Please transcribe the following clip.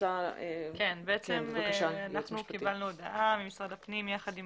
אנחנו קיבלנו הודעה ממשרד הפנים יחד עם